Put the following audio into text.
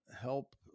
help